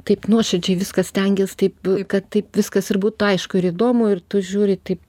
taip nuoširdžiai viską stengies taip kad taip viskas ir būtų aišku ir įdomu ir tu žiūri taip